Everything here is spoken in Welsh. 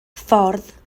ffordd